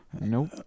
Nope